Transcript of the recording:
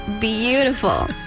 beautiful